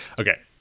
Okay